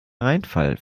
reinfall